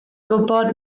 gwybod